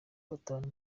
gatanu